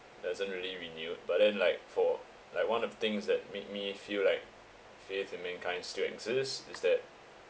so doesn't really renewed but then like for like one of the things that made me feel like faith and mankind still exists is that